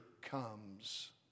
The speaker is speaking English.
comes